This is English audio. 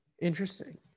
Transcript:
interesting